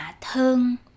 thương